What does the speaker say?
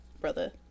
brother